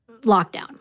Lockdown